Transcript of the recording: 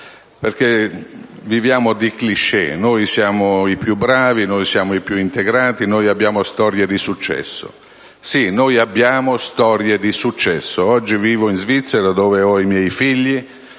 viviamo di *cliché*: noi siamo i più bravi, noi siamo i più integrati, noi abbiamo storie di successo. Sì, abbiamo storie di successo: oggi vivo in Svizzera, dove ho i miei figli